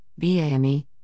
BAME